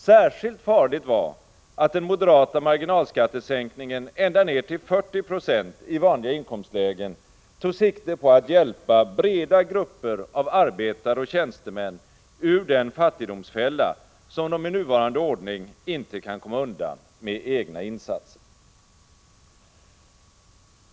Särskilt farligt var att den moderata marginalskattesänkningen ända ner till 40 26 i vanliga inkomstlägen tog sikte på att hjälpa breda grupper av arbetare och tjänstemän ur den fattigdomsfälla som de med nuvarande ordning inte kan komma undan med egna insatser.